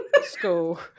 School